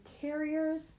carriers